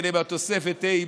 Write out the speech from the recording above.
אלא בתוספת ה"א,